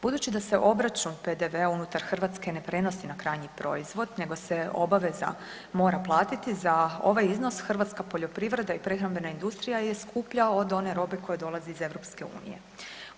Budući da se obračun PDV-a unutar Hrvatske ne prenosi na krajnji proizvod, nego se obaveza mora platiti za ovaj iznos hrvatska poljoprivreda i prehrambena industrija je skuplja od one robe koja dolazi iz Europske unije.